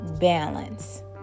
balance